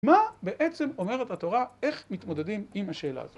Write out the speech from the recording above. מה בעצם אומרת התורה, איך מתמודדים עם השאלה הזאת?